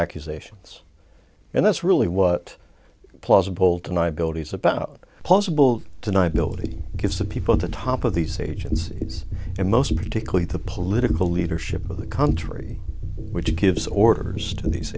accusations and that's really what plausible deniability is about possible tonight build it gives the people at the top of these agencies and most particularly the political leadership of the country which gives orders to these